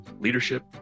leadership